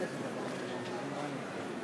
נא לחזור לאולם בעוד שלוש דקות.